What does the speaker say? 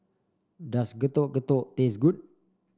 does Getuk Getuk taste good